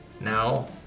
now